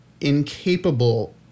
incapable